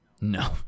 no